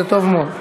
זה טוב מאוד.